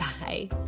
Bye